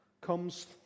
comes